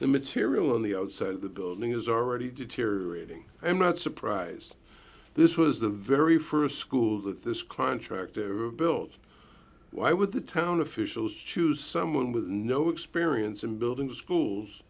the material on the outside of the building is already deteriorating i am not surprised this was the very st school that this contractor built why would the town officials choose someone with no experience in building schools